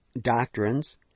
doctrines